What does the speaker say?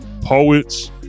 poets